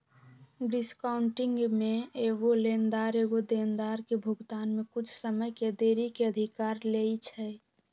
discounting में एगो लेनदार एगो देनदार के भुगतान में कुछ समय के देरी के अधिकार लेइ छै